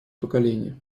поколение